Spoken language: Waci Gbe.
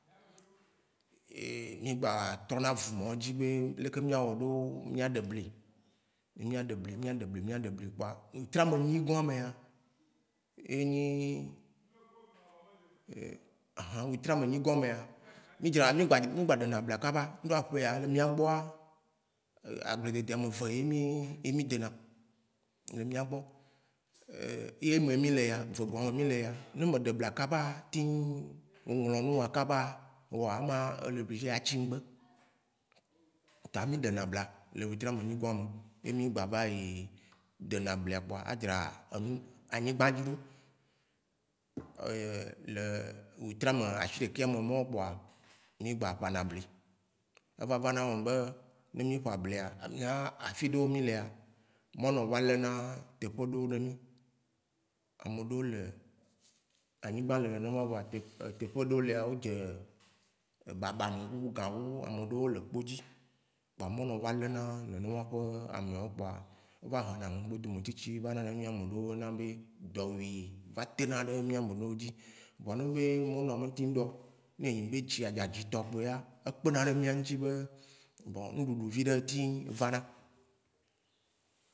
Mí gba trɔ na vu mɔ dzi be leke mía wɔ ɖo mía ɖe bli? Ne mía ɖe bli mía ɖe bli mía ɖe bli kpoa, wetri ame nyi goã mea, enyi wetri ame nyi goã mea mí dzra, mí gba mí gba ɖe na blia kaba kuɖo aƒlea, le mía gbɔa, agble dede ame ve mí ɖe na le mía gbɔ Ye eme mí lea, vegɔ̃a me mí lea. Ne me ɖebla kaba ti wu o ŋlɔ nua kaba, o ama ele obligé a tsi ŋgbe, ta mí ɖe na bla le wetri ame nyi goãme ye mí ŋgba va yi de na blia kpoa adzra enu- anyigbã dzi ɖo. Le wetri a me asheke omao kpoa, mí gba gba na bli. Eva va na eme be n mí ƒa blia, afiɖeo mí lea mɔnɔ va le na teƒewo ɖe ná mí. Ame ɖeo le anyigba le nene ma o- teƒeo ɖe lea o dze baba me be ga bubu ameɖeo le kpodzi. Kpoa monɔ va le na nene ma ƒe amewo kpɔa o va hɔna nungbodome tsitsi va nanɛ mía nɔ wo o yɔna be dɔwui va te na ɖe mía ɖeo dzi. Vɔa ne enyi be mɔno wa me teŋ ɖɔo, ne enyi be dzi dza dzitɔ kpoea, ekpena ɖe mía ŋtsi be bon ŋuɖuɖu viɖe va na.